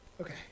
Okay